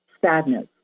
sadness